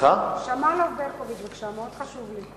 חשוב לי.